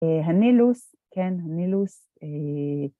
הנילוס, כן, הנילוס